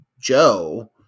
Joe